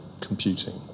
computing